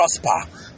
prosper